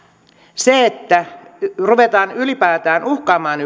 se että ruvetaan ylipäätään uhkaamaan